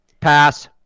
pass